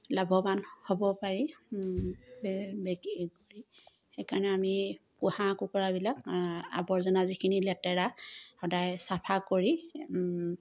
লাভৱান হ'ব পাৰি সেইকাৰণে আমি পোহা কুকুৰাবিলাক আৱৰ্জনা যিখিনি লেতেৰা সদায় চাফা কৰি